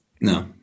No